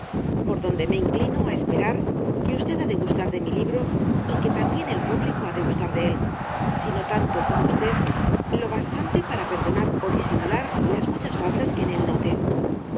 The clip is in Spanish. por donde me inclino á esperar que usted ha de gustar de mi libro y que tam bién el público ha de gustar de él si no tanto como usted lo bastante para perdonar ó disimular las muchas faltas que en él note suplico á